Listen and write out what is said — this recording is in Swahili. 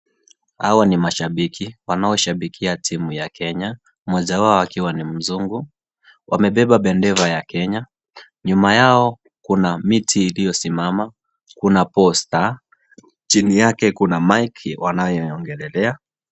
Hawa ni mashabiki wanaoshabikia timu ya Kenya mmoja wao akiwa ni mzungu, wamebeba bendera ya Kenya, nyuma yao kuna miti iliyosimamaa, kuna posta chini yake kuna mic wanayoongelelea.